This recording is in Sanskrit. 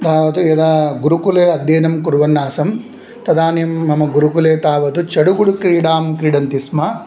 तावत् यदा गुरुकुले अध्ययनं कुर्वन्नासं तदानीं मम गुरुकुले तावत् चडुगुडुक्रीडां क्रीडन्ति स्म